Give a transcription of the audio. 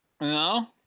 No